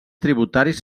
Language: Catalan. tributaris